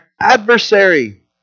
adversary